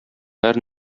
һәр